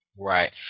right